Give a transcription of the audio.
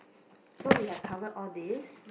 so we have covered all these